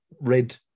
red